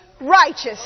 righteous